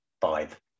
Five